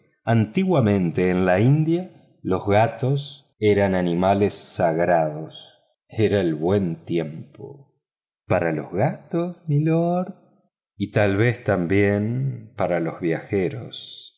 antiguamente en la india los gatos eran animales sagrados era el buen tiempo para los gatos milord y tal vez también para los viajeros